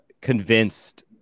convinced